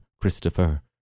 Christopher